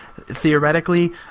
theoretically